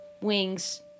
wings